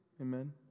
Amen